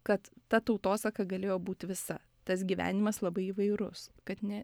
kad ta tautosaka galėjo būt visa tas gyvenimas labai įvairus kad ne